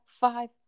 five